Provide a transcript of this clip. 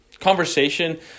conversation